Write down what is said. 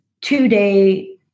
two-day